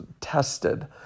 tested